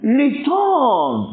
return